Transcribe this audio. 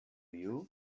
you